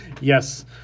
Yes